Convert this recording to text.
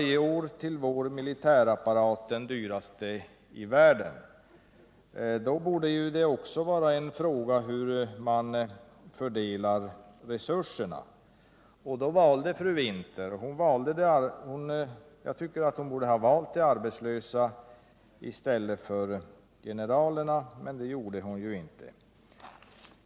på vår militärapparat, den dyraste i världen. Då är det inte fråga om hur man fördelar resurserna. Jag tycker att hon borde ha valt att hjälpa de arbetslösa i stället för generalerna, men det gjorde hon inte.